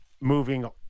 moving